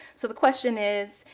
so the question is,